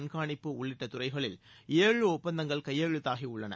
கண்காணிப்பு உள்ளிட்ட துறைகளில் ஏழு ஒப்பந்தங்கள் கையெழுத்தாகியுள்ளன